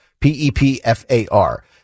P-E-P-F-A-R